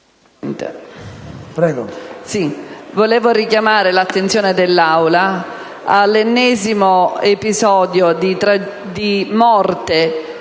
Prego.